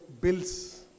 bills